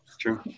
true